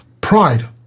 pride